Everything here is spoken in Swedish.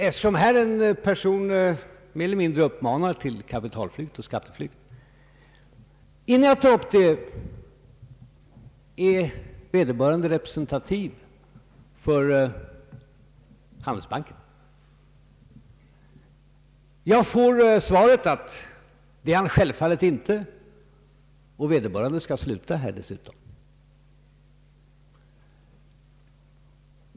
Eftersom en person här mer eller mindre uppmanar till kapitalflykt och skatteflykt vill jag, innan jag tar upp saken, veta om vederbörande är representativ för Handelsbanken. Jag får svaret att ”det är han självfallet inte”. Dessutom skall vederbörande sluta här, sades det mig.